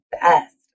best